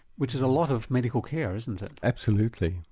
which is a lot of medical care, isn't it? absolutely.